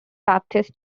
baptist